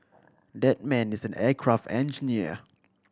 that man is an aircraft engineer